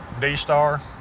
D-Star